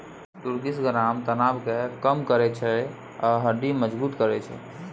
तुर्किश ग्राम तनाब केँ कम करय छै आ हड्डी मजगुत करय छै